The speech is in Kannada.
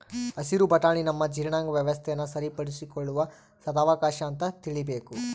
ಹಸಿರು ಬಟಾಣಿ ನಮ್ಮ ಜೀರ್ಣಾಂಗ ವ್ಯವಸ್ಥೆನ ಸರಿಪಡಿಸಿಕೊಳ್ಳುವ ಸದಾವಕಾಶ ಅಂತ ತಿಳೀಬೇಕು